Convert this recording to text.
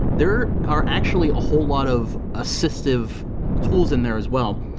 there are actually a whole lot of assistive tools in there as well.